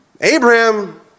Abraham